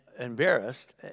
embarrassed